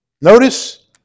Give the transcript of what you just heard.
Notice